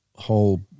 whole